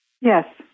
Yes